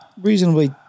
reasonably